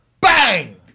Bang